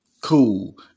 cool